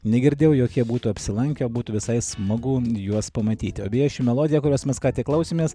negirdėjau jog jie būtų apsilankę būtų visai smagu juos pamatyti o beje ši melodija kurios mes ką tik klausėmės